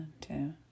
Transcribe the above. two